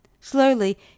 Slowly